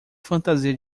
fantasia